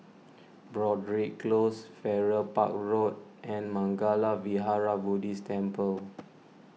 Broadrick Close Farrer Park Road and Mangala Vihara Buddhist Temple